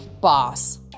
boss